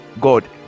god